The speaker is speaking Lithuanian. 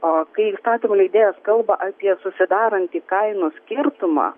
o kai įstatymų leidėjas kalba apie susidarantį kainų skirtumą